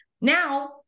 Now